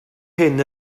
hyn